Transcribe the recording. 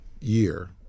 year